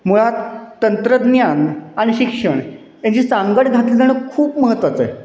मुळात तंत्रज्ञान आणि शिक्षण यांची सांगड घातली जाणं खूप महत्त्वाचं आहे